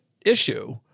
issue